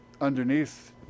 underneath